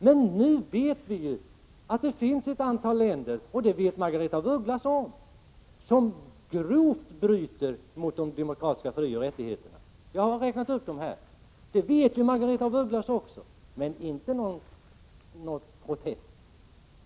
Men nu vet vi ju att det finns ett antal länder som grovt bryter mot de demokratiska frioch rättigheterna; jag har räknat upp dem här. Det vet Margareta af Ugglas också, men inte någon protest.